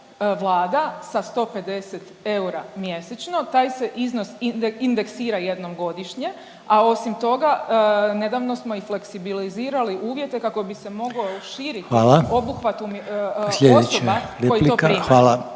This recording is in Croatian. Vlada sa 150 eura mjesečno, taj se iznos indeksira jednom godišnje, a osim toga nedavno smo i fleksibilizirali uvjete kako bi se moglo …/Upadica Reiner: Hvala./…